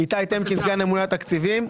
סגן הממונה על התקציבים.